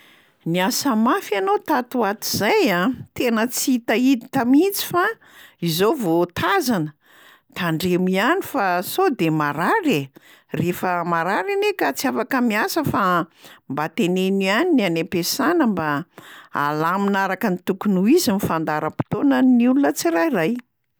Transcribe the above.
“Niasa mafy ianao tato ho ato zay a! Tena tsy hitahita mihitsy fa izao vao tazana. Tandremo ihany fa sao de marary e! Rehefa marary anie ka tsy afaka miasa fa mba teneno ihany ny any am-piasana mba halamina araka ny tokony ho izy ny fandaharam-potoanan'ny olona tsirairay.”